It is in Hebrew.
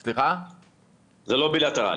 זה לא בילטרלי.